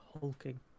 hulking